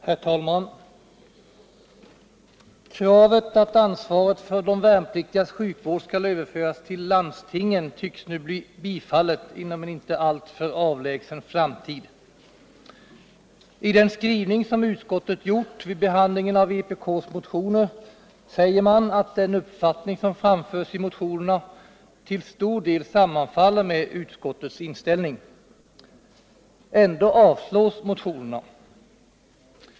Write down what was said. Herr talman! Kravet att ansvaret för de värnpliktigas sjukvård skall överföras till landstingen tycks nu bli bifallet inom en inte alltför avlägsen framtid. I den skrivning som utskottet gjort vid behandlingen av vpk:s motioner säger man att den uppfattning som framförs i motionerna till stor del sammanfaller med utskottets inställning. Ändå avstyrks motionerna.